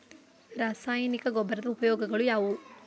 ರಾಸಾಯನಿಕ ಗೊಬ್ಬರದ ಉಪಯೋಗಗಳು ಯಾವುವು?